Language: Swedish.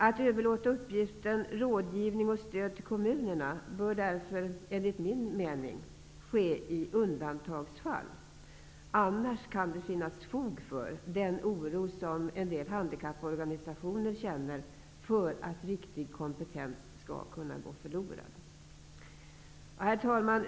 Att överlåta uppgiften rådgivning och stöd till kommunerna bör därför enligt min mening ske i undantagsfall, annars kan det finnas fog för den oro som en del handikapporganisationer känner för att viktig kompetens skall gå förlorad. Herr talman!